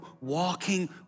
walking